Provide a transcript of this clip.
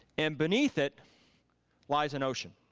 and beneath it lies an ocean,